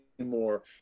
more